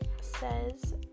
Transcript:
says